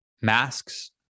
masks